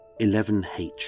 11H